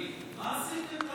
מה עשיתם להם?